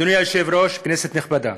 אדוני היושב-ראש, כנסת נכבדה,